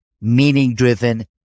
meaning-driven